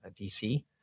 DC